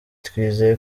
twizeye